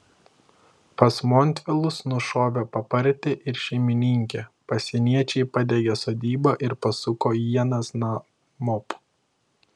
pas montvilus nušovę papartį ir šeimininkę pasieniečiai padegė sodybą ir pasuko ienas namop